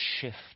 shift